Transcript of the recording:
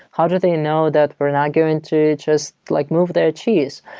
how do they and know that we're not going to just like move their cheese?